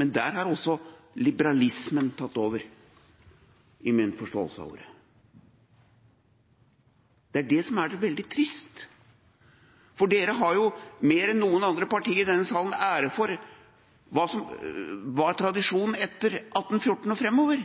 men der har også liberalismen tatt over – i min forståelse av ordet. Det er det som er så veldig trist, for Venstre har jo mer enn noen andre partier i denne salen æren for hva som har vært tradisjonen etter 1814 og framover,